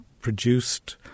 produced